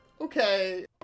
Okay